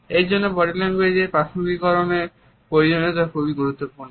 এর জন্য body language এর প্রাসঙ্গিক করণের প্রয়োজনীয়তা খুব গুরুত্বপূর্ণ